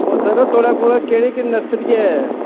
ओह् सर थुहाड़े कोल केह्ड़े केह्ड़ी नर्सरी ऐ